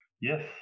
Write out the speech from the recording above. Yes